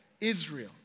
Israel